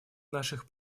наших